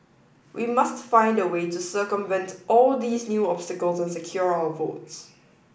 we must find a way to circumvent all these new obstacles and secure our votes